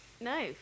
No